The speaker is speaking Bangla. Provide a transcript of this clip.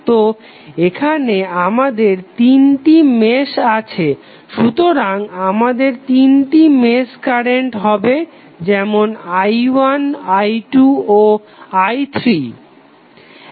তো এখানে আমাদের তিনটি মেশ আছে সুতরাং আমাদের তিনটি মেশ কারেন্ট হবে যেমন i1 i2 ও i3